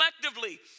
collectively